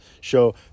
show